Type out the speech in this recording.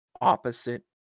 opposite